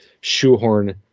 shoehorn